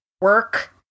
work